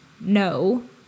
no